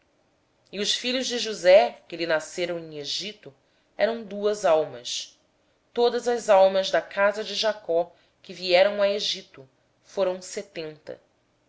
e os filhos de josé que lhe nasceram no egito eram duas almas todas as almas da casa de jacó que vieram para o egito eram setenta